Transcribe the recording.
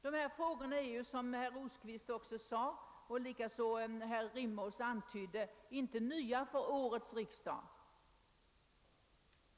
Dessa frågor är, som herr Rosqvist sade och som herr Rimås antydde, inte nya för årets riksdag.